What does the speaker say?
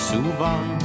Souvent